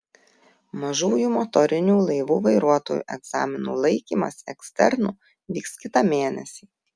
mažųjų motorinių laivų vairuotojų egzaminų laikymas eksternu vyks kitą mėnesį